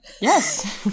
Yes